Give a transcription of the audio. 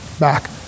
back